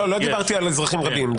לא דיברתי על אזרחים רבים,